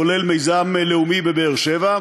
כולל מיזם לאומי בבאר-שבע.